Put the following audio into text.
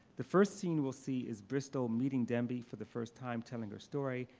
the first scene we'll see is bristol meeting dembi for the first time telling her story.